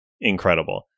incredible